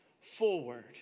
forward